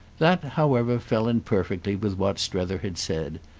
that however fell in perfectly with what strether had said.